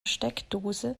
steckdose